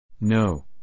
No